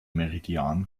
meridian